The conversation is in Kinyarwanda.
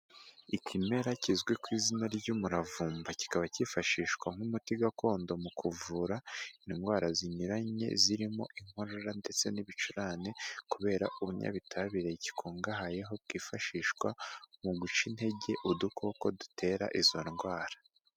Ikimera kizwi ku izina ry'umuravumba kikaba cyifashishwa nk'umuti gakondo mu kuvura indwara zinyuranye zirimo inkorora ndetse n'ibicurane kubera ubunyabitabire gikungahaye ho kifashishwa mu guca intege udukoko dutera izo ndwara.